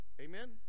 Amen